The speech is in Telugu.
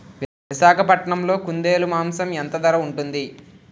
విశాఖపట్నంలో కుందేలు మాంసం ఎంత ధర ఉంటుంది?